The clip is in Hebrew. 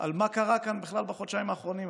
על מה קרה כאן בכלל בחודשיים האחרונים.